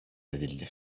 edildi